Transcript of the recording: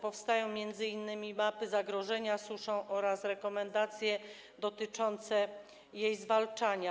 Powstają m.in. mapy zagrożenia suszą oraz rekomendacje dotyczące jej zwalczania.